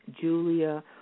Julia